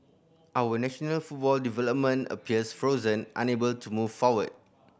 our national football development appears frozen unable to move forward